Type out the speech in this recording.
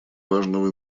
важного